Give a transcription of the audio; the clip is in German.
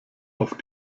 auf